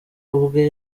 ubwe